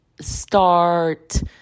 start